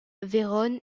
vérone